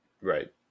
Right